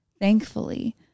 Thankfully